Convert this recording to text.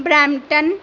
Brampton